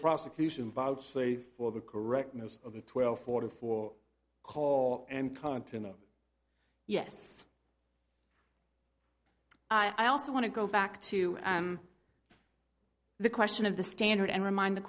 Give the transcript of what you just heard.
prosecution play for the correctness of the twelve forty four coal and continent yes i also want to go back to the question of the standard and remind the